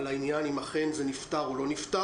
אם אכן זה נפתר או לא נפתר.